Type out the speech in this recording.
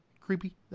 Creepy